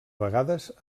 vegades